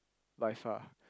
by far